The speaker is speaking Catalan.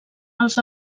els